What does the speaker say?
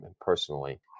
personally